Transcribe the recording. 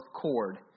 cord